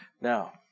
Now